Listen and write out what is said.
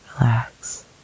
relax